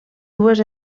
dues